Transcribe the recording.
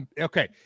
okay